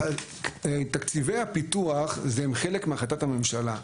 תקציבי הפיתוח הם חלק מהחלטת הממשלה.